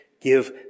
Give